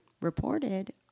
reported